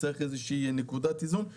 צריך נקודת איזון בין זה.